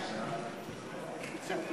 סעיפים